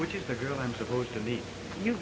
which is the girl i'm supposed to be you